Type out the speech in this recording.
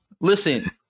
Listen